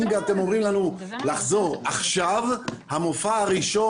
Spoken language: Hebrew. גם אם אתם אומרים לחזור עכשיו המופע הראשון,